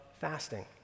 fasting